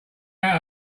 out